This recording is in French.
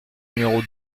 numéro